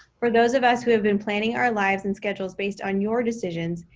for those of us who have been planning our lives and schedules based on your decisions,